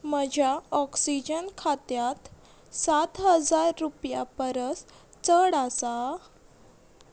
म्हज्या ऑक्सिजन खात्यांत सात हजार रुपया परस चड आसा